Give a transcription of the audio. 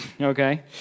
Okay